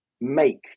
make